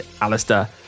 Alistair